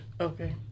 Okay